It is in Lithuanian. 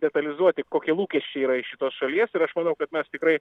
detalizuoti kokie lūkesčiai yra iš šitos šalies ir aš manau kad mes tikrai